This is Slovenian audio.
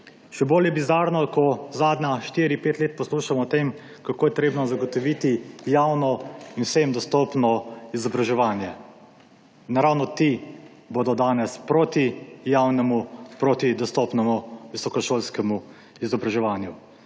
Še bolj je bizarno, ko zadnja štiri, pet let poslušamo o tem, kako je treba zagotoviti javno in vsem dostopno izobraževanje. In ravno ti bodo danes proti javnemu, proti dostopnemu visokošolskemu izobraževanju.